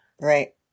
Right